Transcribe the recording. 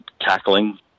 cackling